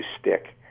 stick